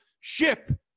ship